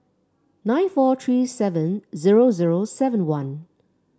nine four three seven zero zero seven one